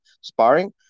sparring